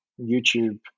YouTube